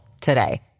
today